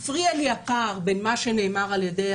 הפריע לי הפער בין מה שנאמר על-ידי